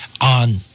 on –